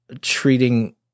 treating